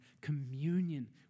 communion